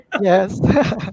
Yes